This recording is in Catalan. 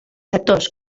sectors